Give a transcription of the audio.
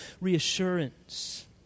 reassurance